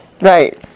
Right